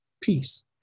peace